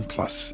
Plus